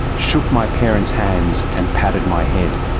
shook my parents' hands and patted my head.